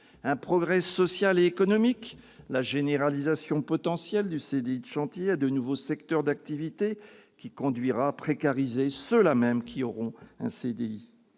Un progrès social et économique, la généralisation potentielle du CDI de chantier à de nouveaux secteurs d'activité, qui conduira à précariser ceux-là mêmes qui auront un CDI